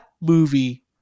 movie